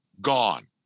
gone